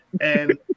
and-